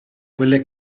quelle